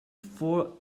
for